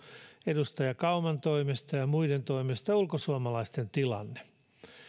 edustaja kauman toimesta ja muiden toimesta ulkosuomalaisten tilanne